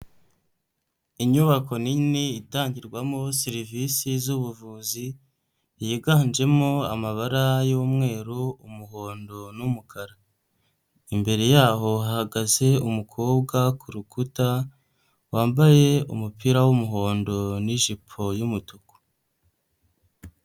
Inyubako nini itangirwamo serivisi z'ubuvuzi, yiganjemo amabara y'umweru umuhondo n'umukara. Imbere yaho hahagaze umukobwa ku rukuta, wambaye umupira w'umuhondo n'ijipo y'umutuku.